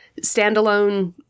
standalone